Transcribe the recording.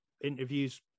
interviews